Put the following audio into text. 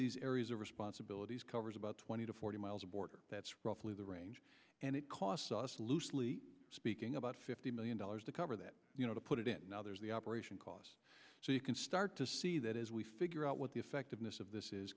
these areas of responsibilities covers about twenty to forty miles a border that's roughly the range and it costs us loosely speaking about fifty million dollars to cover that you know to put it in now there's the operation costs so you can start to see that as we figure out what the effectiveness of this is